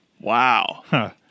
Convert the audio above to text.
Wow